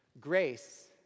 Grace